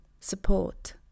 support